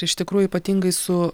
iš tikrųjų ypatingai su